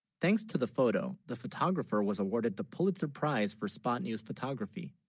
thanks to the photo the photographer, was awarded the pulitzer prize for spot news photography